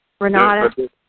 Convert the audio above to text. Renata